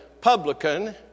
publican